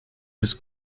des